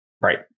Right